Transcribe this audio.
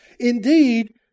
Indeed